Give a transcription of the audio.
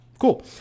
Cool